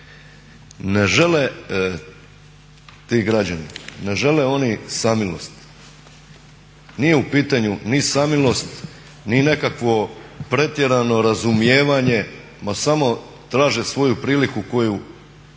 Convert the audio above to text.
ne žele ti građani, ne žele oni samilost, nije u pitanju ni samilost ni nekakvo pretjerano razumijevanja ma samo traže svoju priliku koju